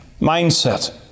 mindset